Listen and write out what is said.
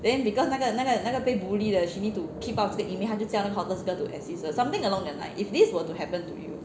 then because 那个那个那个被 bully 的 she need to keep up 这个 image 她就叫那个 hottest girl to assist her something along the line if this were to happen to you